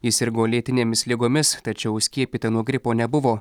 ji sirgo lėtinėmis ligomis tačiau skiepyta nuo gripo nebuvo